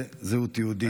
זה זהות יהודית.